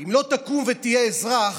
אם לא תקום ותהיה אזרח,